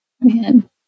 Man